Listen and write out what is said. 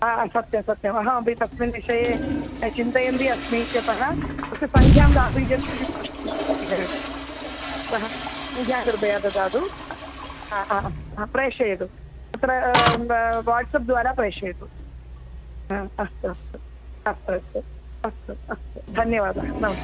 सत्यं सत्यम् अहमपि तस्मिन् विषये चिन्तयन्ती अस्मि इत्यतः तस्य सङ्ख्यां दातुं शक्यं चेत् प्रष्टुं शक्यते खलु अतः सङ्ख्या कृपया ददातु प्रेषयतु अत्र वाट्सप् द्वारा प्रेषयतु अस्तु अस्तु अस्तु अस्तु अस्तु अस्तु धन्यवादः नमस्ते